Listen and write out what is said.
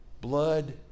Blood